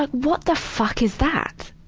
but what the fuck is that!